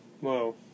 Whoa